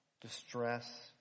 distress